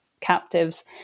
captives